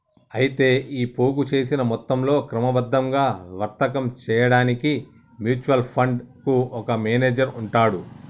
అయితే ఈ పోగు చేసిన మొత్తంతో క్రమబద్ధంగా వర్తకం చేయడానికి మ్యూచువల్ ఫండ్ కు ఒక మేనేజర్ ఉంటాడు